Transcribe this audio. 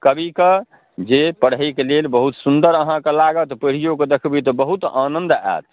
कविके जे पढ़ैके लेल बहुत सुन्दर अहाँके लागत पढ़िओके देखबै तऽ बहुत आनन्द आएत